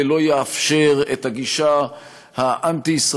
ולא יאפשר את הגישה האנטי-ישראלית,